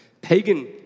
Pagan